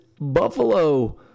Buffalo